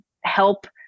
help